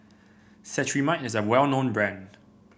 Cetrimide is a well known brand